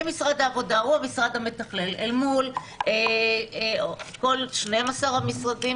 אם משרד העבודה הוא המשרד המתכלל אל מול כל 12 המשרדים.